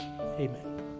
Amen